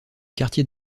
quartier